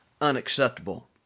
unacceptable